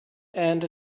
and